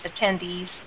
attendees